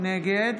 נגד